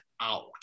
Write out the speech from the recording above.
out